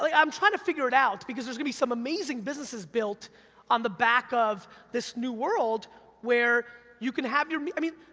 like i'm tryin' to figure it out, because there's gonna be some amazing businesses built on the back of this new world where you can have your. i mean,